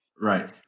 right